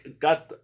got